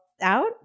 out